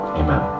amen